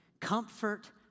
Comfort